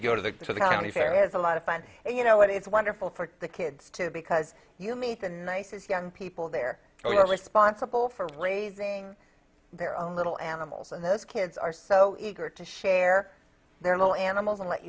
go to the county fair is a lot of fun and you know what it's wonderful for the kids too because you meet the nicest young people there who are responsible for raising their own little animals and those kids are so eager to share their little animals and let